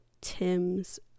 tim's